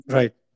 right